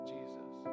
Jesus